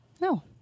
No